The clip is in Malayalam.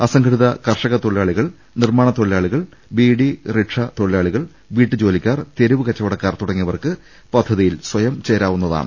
അസംഘടിത കർഷക തൊഴിലാളി കൾ നിർമ്മാണ തൊഴിലാളികൾ ബിഡി റിക്ഷ തൊഴിലാളികൾ വീട്ടു ജോലിക്കാർ തെരുവ് കച്ചവടക്കാർ തുടങ്ങിയവർക്ക് പദ്ധതിയിൽ സ്വയം ചേരാവുന്നതാണ്